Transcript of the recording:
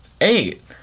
Eight